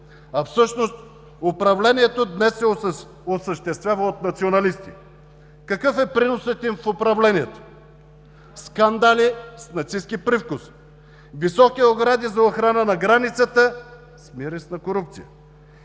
А всъщност управлението днес се осъществява от националисти. Какъв е приносът им в управлението? Скандали с нацистки привкус; високи огради за охрана на границата с мирис на корупция